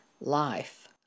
life